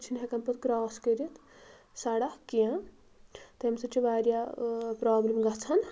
چھِ نہِ ہیٛکان پتہِ کراس کرتھ سڑکھ کینٛہہ تمہِ سۭتۍ چھُ واریاہ پرابلِم گژھان